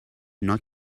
not